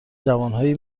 جوانهایی